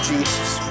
Jesus